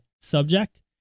subject